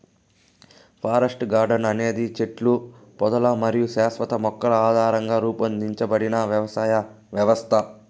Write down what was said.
forest garden అనేది చెట్లు, పొదలు మరియు శాశ్వత మొక్కల ఆధారంగా రూపొందించబడిన వ్యవసాయ వ్యవస్థ